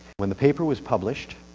when the paper was published